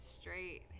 straight